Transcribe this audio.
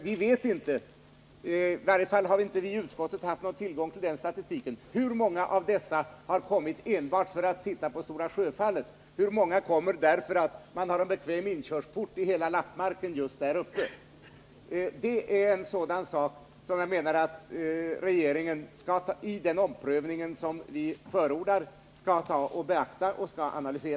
Vi vet inte —i varje fall har vi inte haft tillgång till den statistiken i utskottet — hur många av dessa människor som kommit enbart för att se på Stora Sjöfallet och hur många som kommit därför att det är en bekväm inkörsport till hela Lappmarken just där uppe. Det är en sådan sak som jag menar att regeringen skall beakta och analysera vid den omprövning som vi förordar.